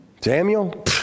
Samuel